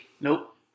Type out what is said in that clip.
Nope